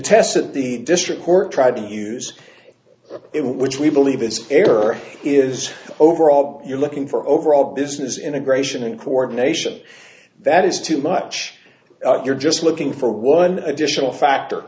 tests at the district court try to use it which we believe is error is overall you're looking for overall business integration and coordination that is too much you're just looking for one additional factor